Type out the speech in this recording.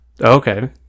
Okay